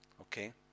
okay